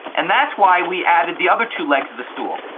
and that's why we added the other two legs of the stool,